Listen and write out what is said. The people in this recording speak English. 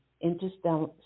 interstellar